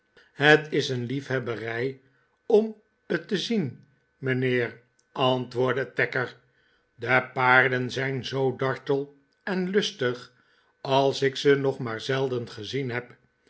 het is een liefhebberij om t te zien mijnheer antwoordde tacker de paarden zijn zoo dartel en lustig als ik ze nog maar zelden gezien heb